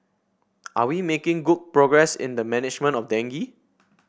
are we making good progress in the management of dengue